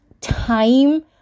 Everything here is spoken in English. time